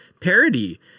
parody